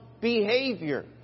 behavior